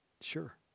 Sure